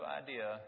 idea